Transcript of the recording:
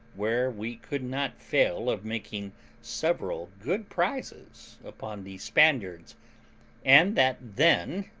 where we could not fail of making several good prizes upon the spaniards and that then,